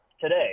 today